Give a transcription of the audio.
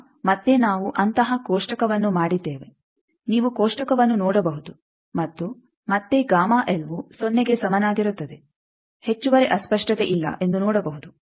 ಈಗ ಮತ್ತೆ ನಾವು ಅಂತಹ ಕೋಷ್ಟಕವನ್ನು ಮಾಡಿದ್ದೇವೆ ನೀವು ಕೋಷ್ಟಕವನ್ನು ನೋಡಬಹುದು ಮತ್ತು ಮತ್ತೆ ವು ಸೊನ್ನೆಗೆ ಸಮನಾಗಿರುತ್ತದೆ ಹೆಚ್ಚುವರಿ ಅಸ್ಪಷ್ಟತೆಯಿಲ್ಲ ಎಂದು ನೋಡಬಹುದು